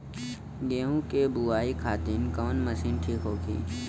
गेहूँ के बुआई खातिन कवन मशीन ठीक होखि?